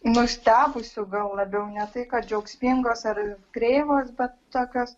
nustebusių gal labiau ne tai kad džiaugsmingos ar kreivos bet tokios